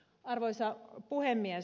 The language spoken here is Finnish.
arvoisa puhemies